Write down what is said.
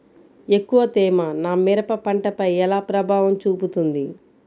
ఎక్కువ తేమ నా మిరప పంటపై ఎలా ప్రభావం చూపుతుంది?